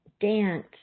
dance